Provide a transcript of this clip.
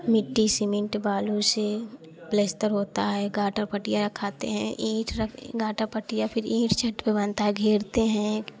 मिट्टी सीमेंट बालू से प्लसतर होता है गाटा पट्टिया रखाते हैं ईंट रख गाटा पट्टीया फ़िर ईंट सेट करते हैं घेरते हैं